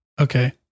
okay